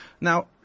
Now